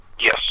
Yes